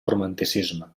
romanticisme